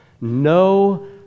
No